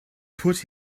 put